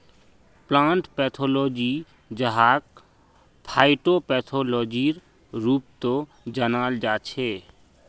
plant pathology जहाक फाइटोपैथोलॉजीर रूपतो जानाल जाछेक